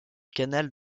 canal